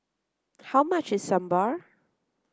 how much is Sambar